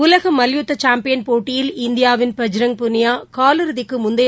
உலக மல்யுத்த சாம்பியன் போட்டியில் இந்தியாவின் பஜ்ரங் புனியா கால் இறுதிக்கு முந்தைய